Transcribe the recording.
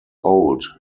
old